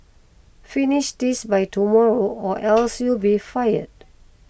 finish this by tomorrow or else you'll be fired